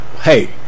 hey